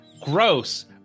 Gross